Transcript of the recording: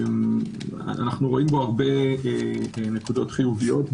אנו רואים בו הרבה נקודות חיוביות.